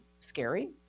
scary